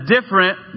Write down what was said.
different